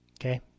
Okay